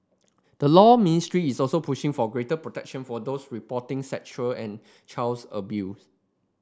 the Law Ministry is also pushing for greater protection for those reporting sexual and child's abuse